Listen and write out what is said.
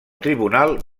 tribunal